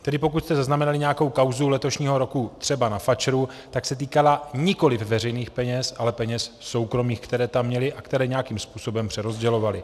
Tedy pokud jste zaznamenali nějakou kauzu letošního roku třeba na FAČRu, tak se týkala nikoliv veřejných peněz, ale peněz soukromých, které tam měli a které nějakým způsobem přerozdělovali.